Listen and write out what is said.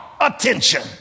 attention